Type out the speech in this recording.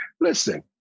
Listen